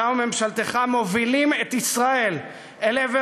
אתה וממשלתך מובילים את ישראל אל עבר